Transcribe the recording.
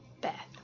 Beth